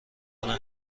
میکنه